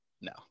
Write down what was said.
No